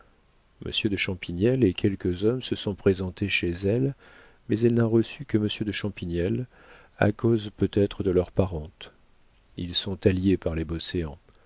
monsieur de champignelles et quelques hommes se sont présentés chez elle mais elle n'a reçu que monsieur de champignelles à cause peut-être de leur parenté ils sont alliés